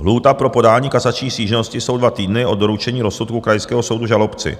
Lhůta pro podání kasační stížnosti jsou dva týdny od doručení rozsudku krajského soudu žalobci.